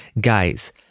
Guys